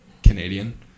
Canadian